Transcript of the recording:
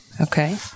Okay